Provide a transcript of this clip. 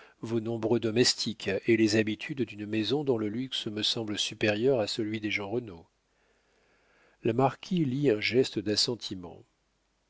votre nombreux domestique et les habitudes d'une maison dont le luxe me semble supérieur à celui des jeanrenaud la marquise fit un geste